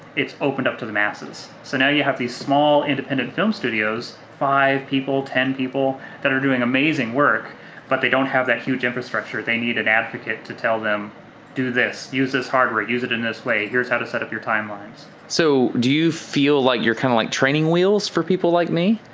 it's opened up to the masses. so now you have these small independent film studios, five people, ten people, that are doing amazing work but they don't have that huge infrastructure. they need an advocate to tell them do this, use this hardware, use it in this way. here's how to set up your timelines. so do you feel like you're kind of like training wheels for people like me?